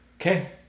Okay